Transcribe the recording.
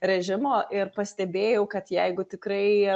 režimo ir pastebėjau kad jeigu tikrai